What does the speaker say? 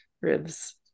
ribs